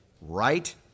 right